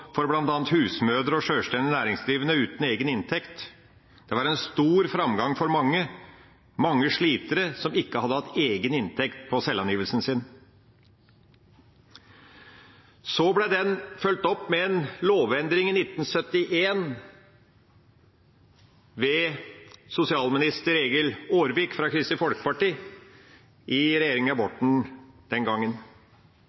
næringsdrivende og husmødre uten egen inntekt. Det var en stor framgang for mange – det var mange slitere som ikke hadde hatt egen inntekt på selvangivelsen sin. Den ble fulgt opp med en lovendring i 1971 ved sosialminister Egil Aarvik fra Kristelig Folkeparti i regjeringa